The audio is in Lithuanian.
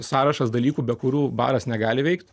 sąrašas dalykų be kurių baras negali veikt